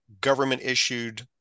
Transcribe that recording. government-issued